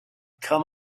come